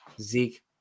Zeke